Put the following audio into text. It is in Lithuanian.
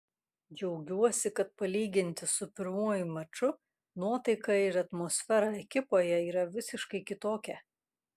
džiaugiuosi kad palyginti su pirmuoju maču nuotaika ir atmosfera ekipoje yra visiškai kitokia